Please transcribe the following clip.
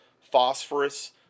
phosphorus